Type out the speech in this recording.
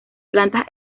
plantas